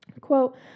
Quote